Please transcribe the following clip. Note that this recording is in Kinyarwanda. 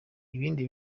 ibindi